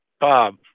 Bob